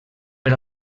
per